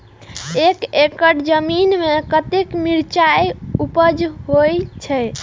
एक एकड़ जमीन में कतेक मिरचाय उपज होई छै?